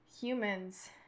humans